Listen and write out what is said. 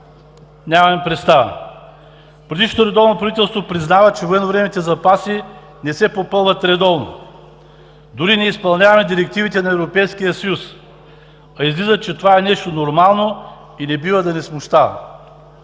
нямаме представа. Предишното редовно правителство признава, че военновременните запаси не се попълват редовно. Дори не изпълняваме директивите на Европейския съюз, а излиза, че това е нещо нормално и не бива да ни смущава.